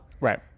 Right